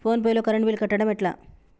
Phone pay లో current bill కట్టడం ఎట్లా?